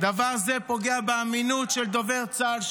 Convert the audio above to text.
דבר זה פוגע באמינות של דובר צה"ל,